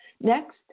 Next